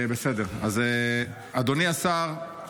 אדוני השר,